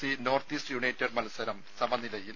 C North East United മത്സരം സമനിലയിൽ